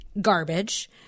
garbage